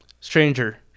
stranger